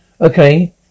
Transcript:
Okay